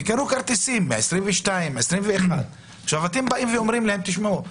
מה אתם מציעים להם,